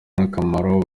n’akamaro